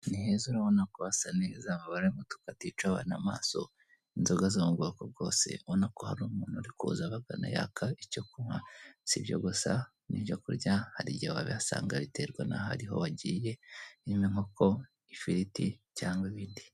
Ni heza urabona ko hasa neza, amabara y'umutuku atica abantu amaso, inzoga zo mu bwoko bwose, ubona ko hari umuntu urikuza abagana yaka icyo kunywa, si ibyo gusa n'ibyo kurya hari igihe wabihasanga biterwa naho ariho wagiye nk'inkoko, ifiriti cyangwa ibindi.